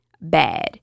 bad